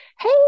hey